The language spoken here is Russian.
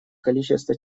количество